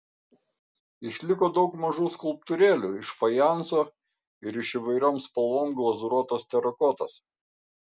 išliko daug mažų skulptūrėlių iš fajanso ir iš įvairiom spalvom glazūruotos terakotos